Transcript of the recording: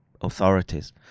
authorities